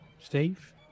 Steve